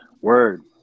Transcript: Word